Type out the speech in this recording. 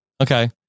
Okay